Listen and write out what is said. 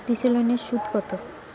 কৃষি লোনের সুদ কত?